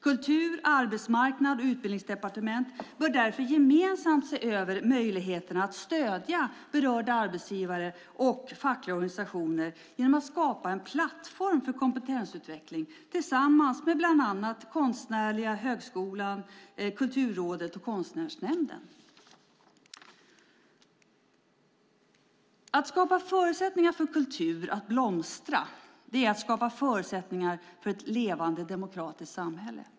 Kultur-, Arbetsmarknads och Utbildningsdepartementen bör därför gemensamt se över möjligheten att stödja berörda arbetsgivare och fackliga organisationer genom att skapa en plattform för kompetensutveckling tillsammans med bland annat de konstnärliga högskolorna, Kulturrådet och Konstnärsnämnden. Att skapa förutsättningar för kultur att blomstra är att skapa förutsättningar för ett levande demokratiskt samhälle.